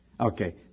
Okay